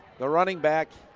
the running back,